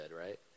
right